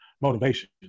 motivation